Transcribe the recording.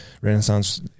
renaissance